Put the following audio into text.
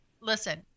listen